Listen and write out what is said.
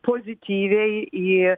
pozityviai į